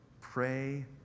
pray